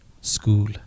School